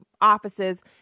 offices